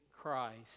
Christ